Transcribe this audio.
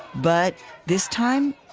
but this time,